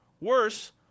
Worse